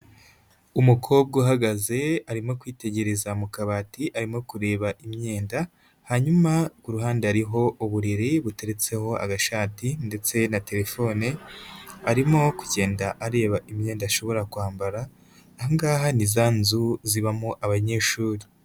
Umukobwa uhagaze arimo kwitegereza mu kabati arimo kureba imyenda, hanyuma ku ruhande hariho uburiri buteretseho agashati ndetse na terefone, arimo kugenda areba imyenda ashobora kwambara, aha ngaha ni za nzu zibamo abanyeshuri.